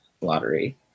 lottery